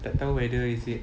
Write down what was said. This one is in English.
tak tahu whether is it